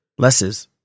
Lesses